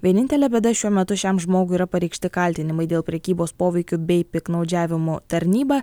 vienintelė bėda šiuo metu šiam žmogui yra pareikšti kaltinimai dėl prekybos poveikiu bei piktnaudžiavimu tarnyba